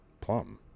plum